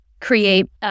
create